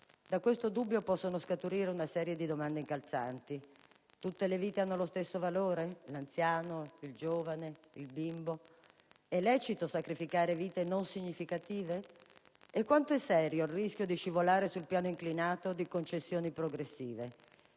Da questo dubbio può scaturire una serie di domande incalzanti. Tutte le vite hanno lo stesso valore: l'anziano, il giovane, il bimbo? È lecito sacrificare vite non significative? Quanto è serio il rischio di scivolare sul piano inclinato delle concessioni progressive?